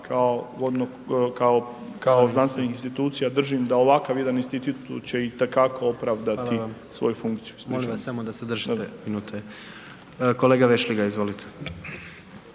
kao znanstvenih institucija, držim da ovakav jedan institut će i te kako opravdati svoju funkciju. **Jandroković, Gordan (HDZ)** Hvala vam, molim vas samo da se držite … Kolega Vešligaj, izvolite.